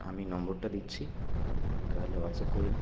আমি নম্বরটা দিচ্ছি ওটা তাহলে হোয়াটসঅ্যাপ করে দিন